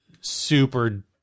super